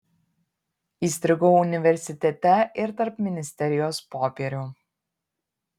įstrigau universitete ir tarp ministerijos popierių